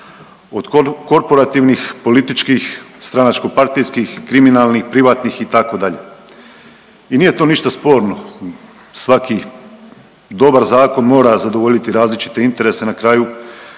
od korporativnih, političkih, stranačko-partijskih, kriminalnih, privatnih itd. i nije to ništa sporno, svaki dobar zakon mora zadovoljiti različite interese, na kraju